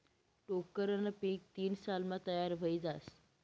टोक्करनं पीक तीन सालमा तयार व्हयी जास